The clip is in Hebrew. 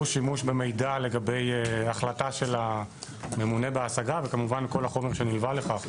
שימוש במידע לגבי החלטה של הממונה בהשגה וכמובן כל החומר שנלווה לכך.